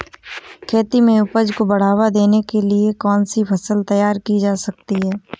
खेती में उपज को बढ़ावा देने के लिए कौन सी फसल तैयार की जा सकती है?